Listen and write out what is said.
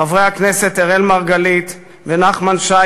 חברי הכנסת אראל מרגלית ונחמן שי,